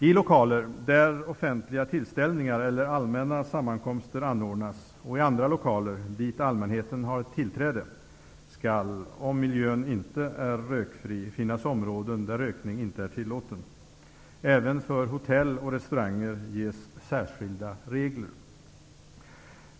I lokaler där offentliga tillställningar eller allmänna sammankomster anordnas och i andra lokaler dit allmänheten har tillträde skall, om miljön inte är rökfri, finnas områden där rökning inte är tillåten. Även för hotell och restauranger ges särskilda regler.